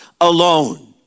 alone